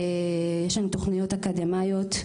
יש לנו תוכניות אקדמאיות,